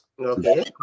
Okay